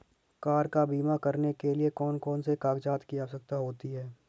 Car का बीमा करने के लिए कौन कौन से कागजात की आवश्यकता होती है?